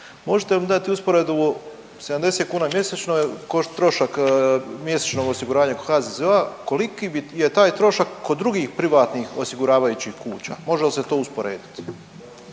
Možete li dati usporedbu 70 kuna mjesečno je trošak mjesečnog osiguranja HZZO-a. Koliki je taj trošak kod drugih privatnih osiguravajućih kuća? Može li se to usporediti?